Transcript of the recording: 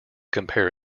compare